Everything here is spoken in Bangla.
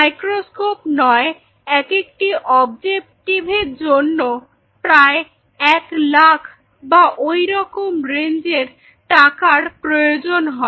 মাইক্রোস্কোপ নয় একেকটি অবজেকটিভের জন্য প্রায় এক লাখ বা ঐরকম রেঞ্জের টাকার প্রয়োজন হয়